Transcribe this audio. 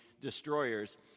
destroyers